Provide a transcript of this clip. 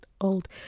old